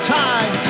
time